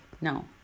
no